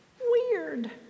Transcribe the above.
Weird